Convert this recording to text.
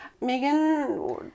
Megan